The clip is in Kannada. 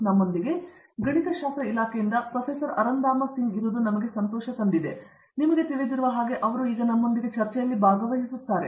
ನಮ್ಮೊಂದಿಗೆ ಗಣಿತ ಇಲಾಖೆಯಿಂದ ಪ್ರೊಫೆಸರ್ ಅರಂದಾಮಾ ಸಿಂಗ್ ಇರುವುದರಿಂದ ನಾವು ಸಂತೋಷವನ್ನು ಹೊಂದಿದ್ದೇವೆ ಮತ್ತು ನಿಮಗೆ ತಿಳಿದಿರುವ ಹಾಗೆ ಅವರು ನಮ್ಮೊಂದಿಗೆ ಚರ್ಚಿಸುತ್ತಾರೆ